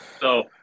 So-